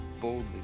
boldly